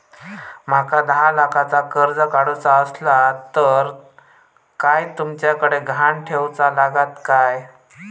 माका दहा लाखाचा कर्ज काढूचा असला तर काय तुमच्याकडे ग्हाण ठेवूचा लागात काय?